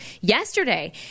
yesterday